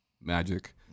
Magic